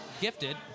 gifted